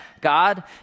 God